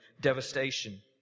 devastation